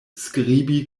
skribi